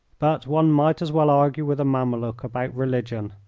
but one might as well argue with a mameluke about religion.